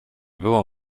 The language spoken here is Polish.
było